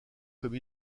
comme